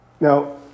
Now